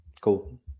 Cool